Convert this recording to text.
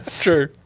true